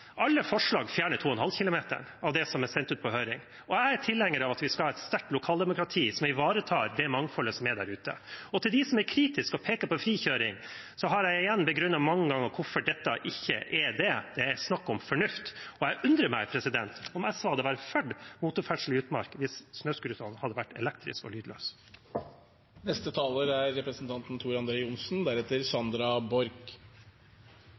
Alle forslag som er sendt ut på høring, fjerner 2,5 km-grensen. Jeg er tilhenger av at vi skal ha et sterkt lokaldemokrati, som ivaretar det mangfoldet som er der ute. Til dem som er kritiske og peker på frikjøring: Jeg har mange ganger begrunnet hvorfor dette ikke er det – det er snakk om fornuft. Jeg undrer på om SV hadde vært for motorferdsel i utmark hvis snøscooterne hadde vært elektriske og lydløse. Det er